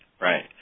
right